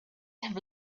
have